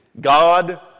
God